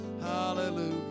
hallelujah